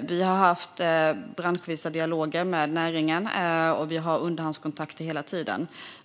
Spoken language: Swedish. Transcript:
Vi har haft branschvisa dialoger med näringen, och vi har underhandskontakter hela tiden.